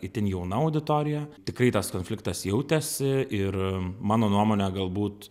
itin jauna auditorija tikrai tas konfliktas jautėsi ir mano nuomone galbūt